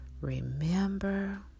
Remember